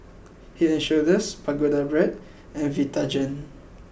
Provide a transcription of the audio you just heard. Head and Shoulders Pagoda Brand and Vitagen